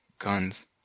guns